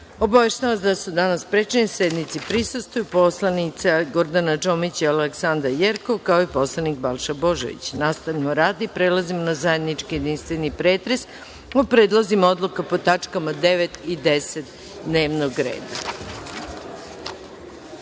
vas da su danas sprečeni da sednici prisustvuju poslanica Gordana Čomić i Aleksandra Jerkov, kao i poslanik Balša Božović. Nastavljamo rad i prelazimo na zajednički jedinstveni pretres po predlozima odluka po tačkama 9. i 10. dnevnog